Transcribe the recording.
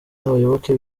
n’abayoboke